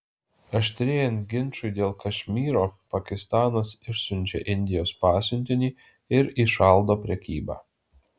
aštrėjant ginčui dėl kašmyro pakistanas išsiunčia indijos pasiuntinį ir įšaldo prekybą